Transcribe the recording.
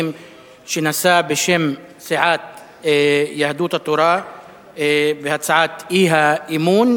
שנשא בשם סיעת יהדות התורה בהצעת האי-אמון.